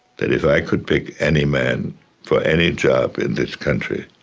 that if i could pick any man for any job in this country,